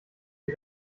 die